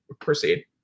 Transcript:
proceed